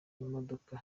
imodoka